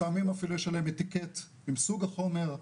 לפעמים אפילו יש עליהם אטיקט עם סוג החומר,